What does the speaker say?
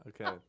Okay